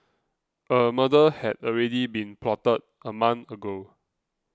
a murder had already been plotted a month ago